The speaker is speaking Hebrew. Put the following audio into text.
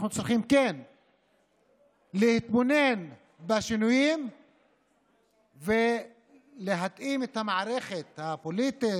אנחנו צריכים להתבונן בשינויים ולהתאים את המערכת הפוליטית,